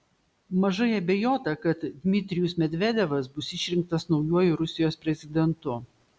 mažai abejota kad dmitrijus medvedevas bus išrinktas naujuoju rusijos prezidentu